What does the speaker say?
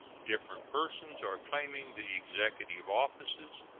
different persons are claiming the executive offices,